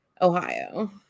Ohio